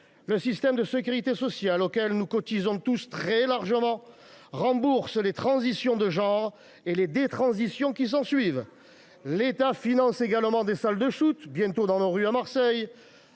Le système de sécurité sociale, auquel nous cotisons tous très largement, rembourse les transitions de genre et les détransitions qui s’ensuivent. Oh ! là là ! L’État finance également des « salles de shoot », qui se trouveront bientôt dans nos rues à Marseille,